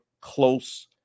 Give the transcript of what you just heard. close